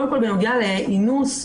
בנוגע לאינוס,